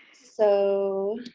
so